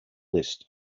list